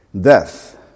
death